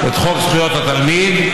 את חוק זכויות התלמיד,